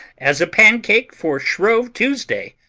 as a pancake for shrove tuesday,